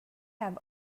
have